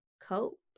cope